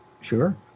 sure